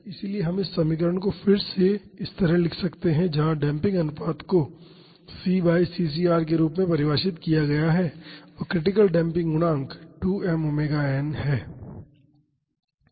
इसलिए हम इस समीकरण को इस तरह से फिर से लिख सकते हैं जहां डेम्पिंग अनुपात को c बाई c cr के रूप में परिभाषित किया गया है और क्रिटिकल डेम्पिंग गुणांक 2 m ⍵ n है